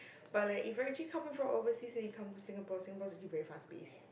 but like if you are actually coming from overseas and you come to Singapore Singapore is actually very fast paced